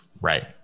Right